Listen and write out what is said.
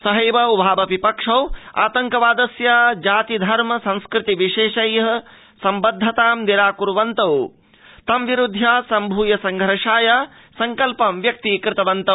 सहैव उभावपि पक्षौ आतङ्कवादस्य जाति धर्म संस्कृति विशेषै सम्बद्धतां निराकृर्वन्तौ तं विरुध्य सम्भृय संघर्षाय संकल्पं व्यक्तीकृतवन्तौ